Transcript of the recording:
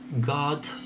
God